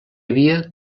havia